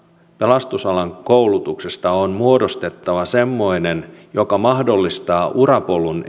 pelastusalan koulutuksesta on muodostettava semmoinen joka mahdollistaa urapolun